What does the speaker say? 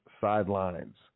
sidelines